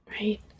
Right